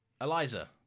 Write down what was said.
eliza